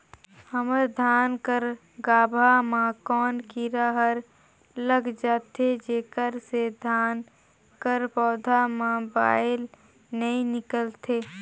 हमर धान कर गाभा म कौन कीरा हर लग जाथे जेकर से धान कर पौधा म बाएल नइ निकलथे?